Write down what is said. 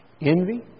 envy